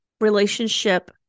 relationship